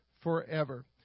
forever